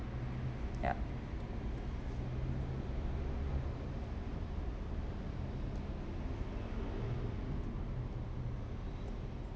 ya